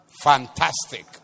fantastic